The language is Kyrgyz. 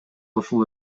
ошол